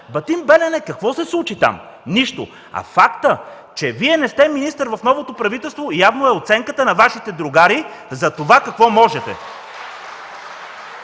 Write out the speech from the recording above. „Батин” – Белене. Какво се случи в „Батин” – Белене? Нищо! А фактът, че Вие не сте министър в новото правителство, явно е оценката на Вашите другари за това какво можете.